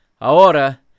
Ahora